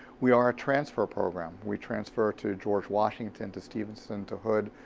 we are a transfer program. we transfer to george washington, to stevenson, to hood,